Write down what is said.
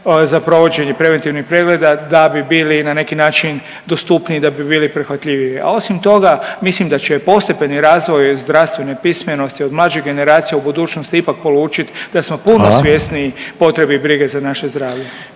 za provođenje preventivnih pregleda, da bi bili na neki način dostupniji, da bi bili prihvatljiviji. A osim toga, mislim da će postepeni razvoj zdravstvene pismenosti od mlađih generacija u budućnosti ipak polučiti da smo puno svjesniji .../Upadica: Hvala./...